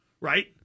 right